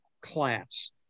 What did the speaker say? class